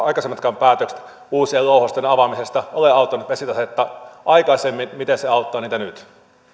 aikaisemmatkaan päätökset uusien louhosten avaamisesta ole auttaneet vesitasetta aikaisemmin niin miten ne auttavat sitä nyt